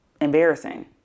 embarrassing